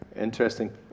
interesting